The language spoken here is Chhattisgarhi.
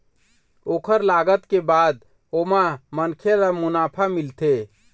ओखर लागत के बाद ओमा मनखे ल मुनाफा मिलथे